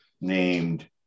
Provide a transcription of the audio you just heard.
named